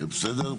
זה בסדר?